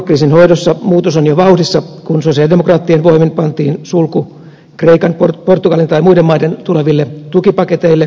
eurokriisin hoidossa muutos on jo vauhdissa kun sosialidemokraattien voimin pantiin sulku kreikan portugalin tai muiden maiden tuleville tukipaketeille